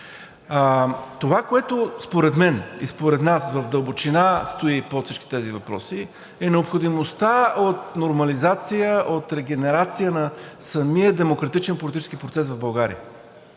Това, което, според мен и според нас, в дълбочина стои под всички тези въпроси, е необходимостта от нормализация, от регенерация на самия демократичен политически процес в България.